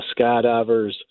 skydivers